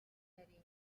нарийн